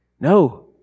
No